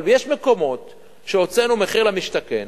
אבל יש מקומות שהוצאנו מחיר למשתכן,